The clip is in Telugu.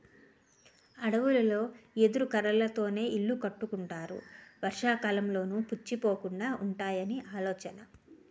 అడవులలో ఎదురు కర్రలతోనే ఇల్లు కట్టుకుంటారు వర్షాకాలంలోనూ పుచ్చిపోకుండా వుంటాయని ఆలోచన